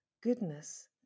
goodness